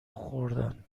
خوردن